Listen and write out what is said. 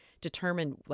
determine